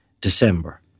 December